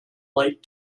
light